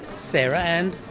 sarah. and?